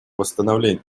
восстановлению